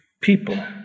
people